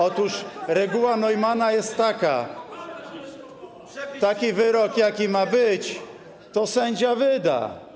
Otóż reguła Neumanna jest taka: taki wyrok, jaki ma być, to sędzia wyda.